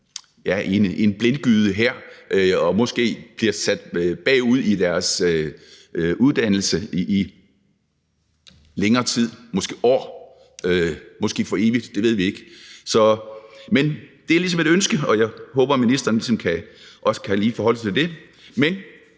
en blindgyde her og måske bliver sat bagud i deres uddannelse i længere tid, måske år, måske for evigt – det ved vi ikke. Så det er et ønske, og jeg håber, at ministeren også lige vil forholde sig til det.